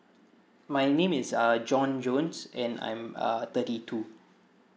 my name is uh john jones and I'm uh thirty two